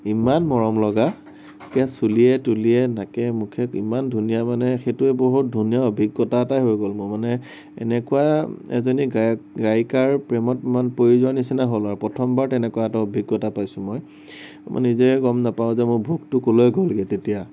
ইমান মৰম লগা একে চুলিয়ে তুলিয়ে নাকে মুখে ইমান ধুনীয়া মানে সেইটো বহুত ধুনীয়া অভিজ্ঞতা এটা হৈ গ'ল মোৰ মানে এনেকুৱা এজনী গায়ক গায়িকাৰ প্ৰেমত মান পৰি যোৱাৰ নিচিনা হ'ল আৰু প্ৰথমবাৰ তেনেকুৱা এটা অভিজ্ঞতা পাইছো মই মই নিজেই গম নেপাওঁ যে মোৰ ভোকটো কলৈ গ'লগে তেতিয়া